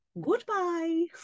goodbye